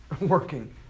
working